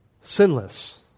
sinless